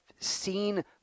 seen